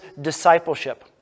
discipleship